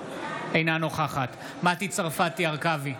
אינה נוכחת מטי צרפתי הרכבי,